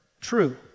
true